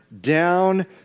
down